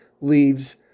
leaves